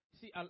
See